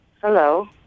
Hello